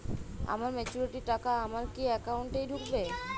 আমার ম্যাচুরিটির টাকা আমার কি অ্যাকাউন্ট এই ঢুকবে?